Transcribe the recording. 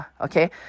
okay